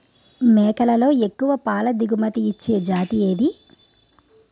మేకలలో ఎక్కువ పాల దిగుమతి ఇచ్చే జతి ఏది?